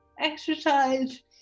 exercise